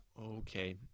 Okay